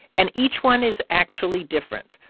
and each one is actually different.